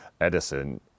Edison